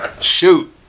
shoot